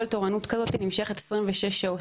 כל תורנות כזאת נמשכת 26 שעות.